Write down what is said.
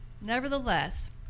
Nevertheless